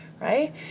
right